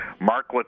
Mark